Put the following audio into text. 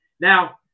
Now